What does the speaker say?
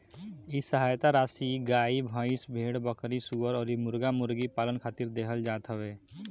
इ सहायता राशी गाई, भईस, भेड़, बकरी, सूअर अउरी मुर्गा मुर्गी पालन खातिर देहल जात हवे